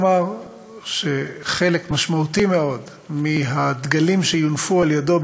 אמר שחלק משמעותי מאוד מהדגלים שיונפו על-ידיו,